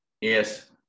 Yes